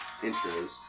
intros